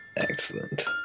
Excellent